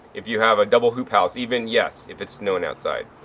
if you have a double hoop house, even yes if it's snowing outside.